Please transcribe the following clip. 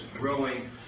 growing